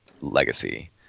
Legacy